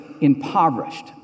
impoverished